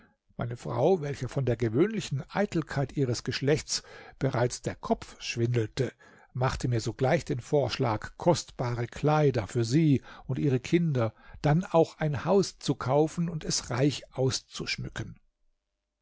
meine frau welcher von der gewöhnlichen eitelkeit ihres geschlechts bereits der kopf schwindelte machte mir sogleich den vorschlag kostbare kleider für sie und ihre kinder dann auch ein haus zu kaufen und es reich auszuschmücken